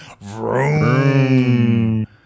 Vroom